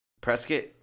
prescott